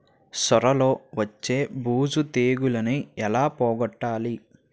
సొర లో వచ్చే బూజు తెగులని ఏల పోగొట్టాలి?